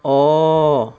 oh